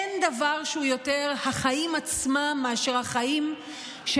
אין דבר שהוא יותר החיים עצמם מאשר החיים של